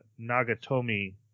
nagatomi